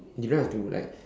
you don't have to like